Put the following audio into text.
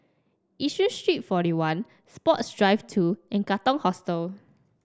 Yishun Street Forty one Sports Drive Two and Katong Hostel